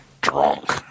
drunk